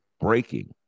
breaking